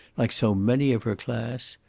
like so many of her class.